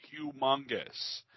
humongous